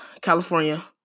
California